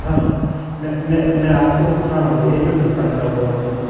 हाँ हाँ मैं मैं मैं आप को हाँ हाँ यहीं पर भुगतान कर दूँगा भय्या